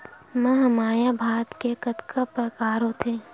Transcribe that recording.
महमाया भात के कतका प्रकार होथे?